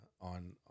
on